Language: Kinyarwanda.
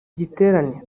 giterane